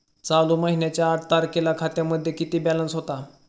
चालू महिन्याच्या आठ तारखेला खात्यामध्ये किती बॅलन्स होता?